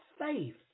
faith